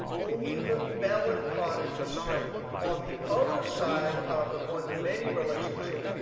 only the bellen product is showing. on the other side of the one-to-many relationship,